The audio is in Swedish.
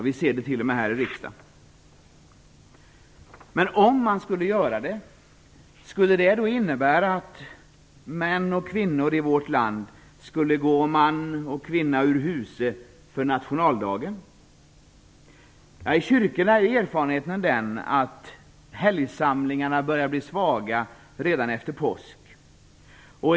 Vi ser det t.o.m. här i riksdagen. Om man skulle göra den till en helgdag, skulle det då innebära att män och kvinnor i vårt land skulle gå man och kvinna ur huse för nationaldagen? I kyrkorna är erfarenheten den att helgsamlingarna börjar bli svaga redan efter påsk.